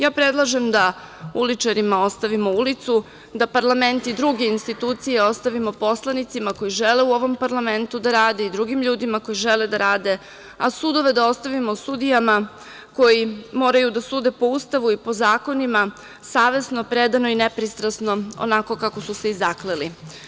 Ja predlažem da uličarima ostavimo ulicu, da parlament i druge institucije ostavimo poslanicima koji žele u ovom parlamentu da rade i drugim ljudima koji žele da rade, a sudove da ostavimo sudijama koji moraju da sude po Ustavu i po zakonima, savesno, predano i nepristrasno, onako kako su se i zakleli.